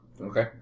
Okay